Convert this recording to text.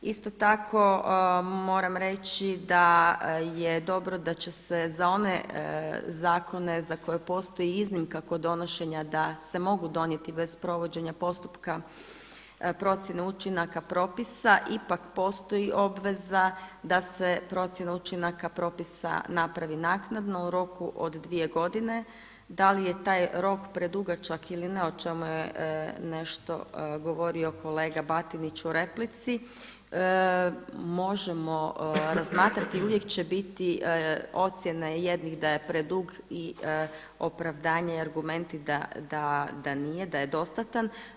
Isto tako moram reći da je dobro da će se za one zakone za koje postoji iznimka kod donošenja da se mogu donijeti bez provođenja postupka procjene učinaka propisa ipak postoji obveza da se procjena učinaka propisa napravi naknadno u roku od 2 godine, da li je taj rok predugačak ili ne, o čemu je nešto govorio kolega Batinić u replici, možemo razmatrati i uvijek će biti ocjene jednih da je predug i opravdanje i argumenti da nije, da je dostatan.